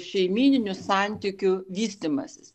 šeimyninių santykių vystymasis